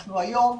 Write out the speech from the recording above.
ואנחנו היום,